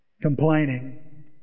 complaining